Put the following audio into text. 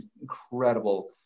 incredible